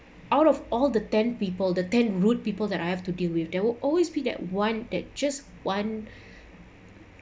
out of all the ten people the ten rude people that I have to deal with there will always be that one that just one